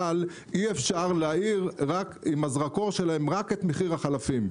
אבל אי אפשר להאיר עם הזרקור שלהם רק את מחיר החלפים.